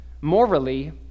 morally